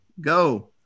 go